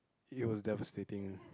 it was devastating